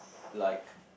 like